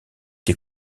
des